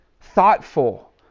thoughtful